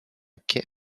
quai